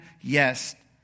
Yes